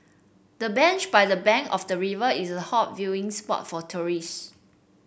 the bench by the bank of the river is a hot viewing spot for tourists